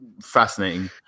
fascinating